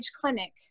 clinic